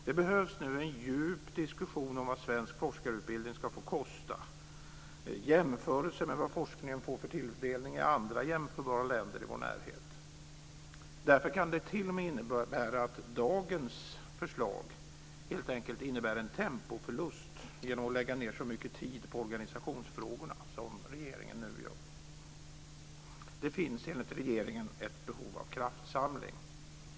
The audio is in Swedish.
Det behövs en djup diskussion om vad svensk forskarutbildning ska få kosta i jämförelse med vad forskningen får för tilldelning i andra jämförbara länder i vår närhet. Därför kan dagens förslag helt enkelt t.o.m. innebära en tempoförlust genom att man lägger ned så mycket tid på organisationsfrågorna som regeringen nu gör. Det finns enligt regeringen ett behov av kraftsamling.